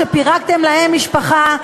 פירקתם להם את המשפחה.